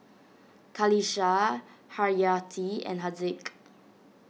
Qalisha Haryati and Haziq